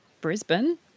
Brisbane